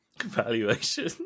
Evaluation